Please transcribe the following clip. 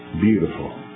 beautiful